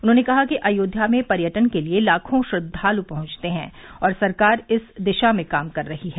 उन्होंने कहा कि अयोध्या में पर्यटन के लिये लाखों श्रद्वालु पहुंचते हैं और सरकार इस दिशा में काम कर रही है